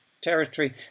Territory